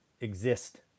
exist